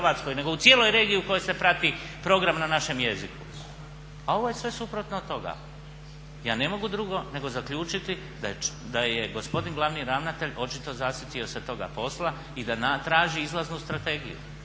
nego u cijeloj regiji u kojoj se prati program na našem jeziku, a ovo je sve suprotno od toga. Ja ne mogu drugo nego zaključiti da je gospodin glavni ravnatelj očito zasitio se toga posla i da traži izlaznu strategiju.